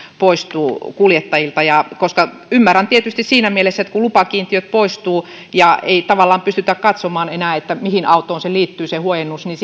poistuu kuljettajilta ymmärrän tietysti siinä mielessä että kun lupakiintiöt poistuvat ja ei tavallaan pystytä katsomaan enää mihin autoon liittyy se huojennus niin